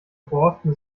borsten